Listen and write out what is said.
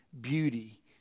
beauty